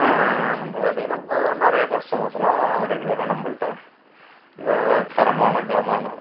இப்போ பார்த்திங்கனா இப்போ நிறையா கஸ்ட்டமர்ஸ்லான் ரெகுலராக நம்பள்கிட்ட இந்த தரமான ஜாமானை